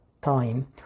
time